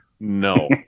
No